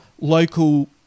local